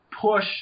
push